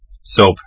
Soap